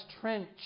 Trench